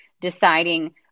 deciding